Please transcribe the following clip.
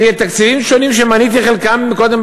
מתקציבים שונים שמניתי את חלקם קודם,